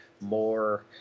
more